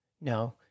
No